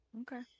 okay